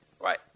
Right